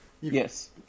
Yes